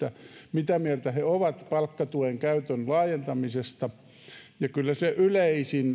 mitä mieltä he ovat palkkatuen käytön laajentamisesta ja kyllä se yleisin